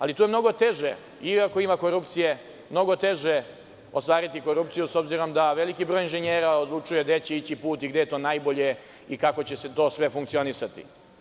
Ali, to je mnogo teže, iako ima korupcije, mnogo teže ostvariti korupciju, s obzirom da veliki broj inženjera odlučuje gde će ići put i gde je to najbolje i kako će to sve funkcionisati.